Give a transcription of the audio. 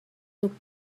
took